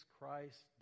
Christ